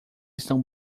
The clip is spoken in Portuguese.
estão